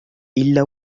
إلا